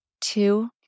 Two